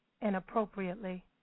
inappropriately